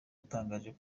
yatangaje